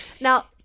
Now